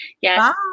Yes